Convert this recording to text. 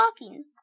walking